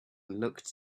looked